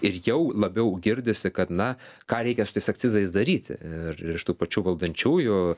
ir jau labiau girdisi kad na ką reikia su tais akcizais daryti ir ir iš tų pačių valdančiųjų